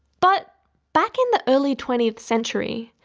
but back in the early twentieth century,